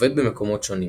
אובד במקומות שונים.